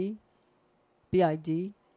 B-I-D